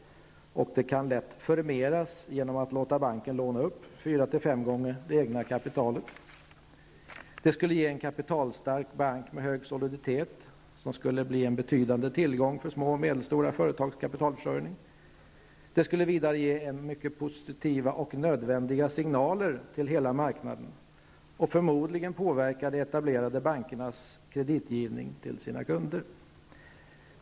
Det kan lätt förmeras genom att man låter banken låna upp fyra fem gånger det egna kapitalet. Det skulle ge en kapitalstark bank med hög soliditet, som skulle bli en betydande tillgång för små och medelstora företags kapitalförsörjning. Det skulle vidare ge mycket positiva och nödvändiga signaler till hela marknaden och förmodligen påverka de etablerade bankernas kreditgivning till kunderna.